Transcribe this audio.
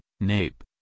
nape